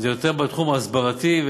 זה יותר בתחום ההסברתי,